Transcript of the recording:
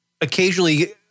occasionally